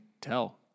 tell